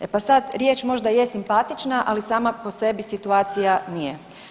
E pa sad riječ možda je simpatična, ali sama po sebi situacija nije.